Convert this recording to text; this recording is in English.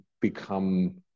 become